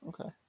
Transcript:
okay